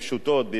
בעברית פשוטה,